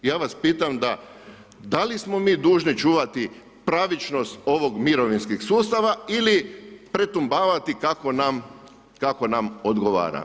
Ja vas pitam da li smo mi dužni čuvati pravičnost ovih mirovinskih sustava ili pretumbavati kako nam odgovara.